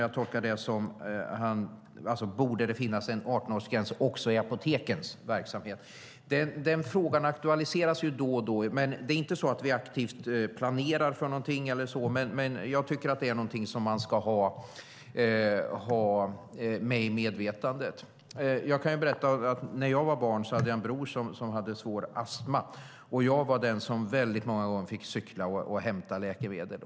Jag tolkar det som att han frågade: Borde det finnas en 18-årsgräns också i apotekens verksamhet? Den frågan aktualiseras då och då. Vi planerar inte aktivt för någonting, men jag tycker att det är någonting som man ska ha i medvetandet. Jag kan berätta att jag, när jag var barn, hade en bror som hade svår astma. Jag var den som många gånger fick cykla och hämta läkemedel.